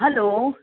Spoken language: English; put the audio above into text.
hello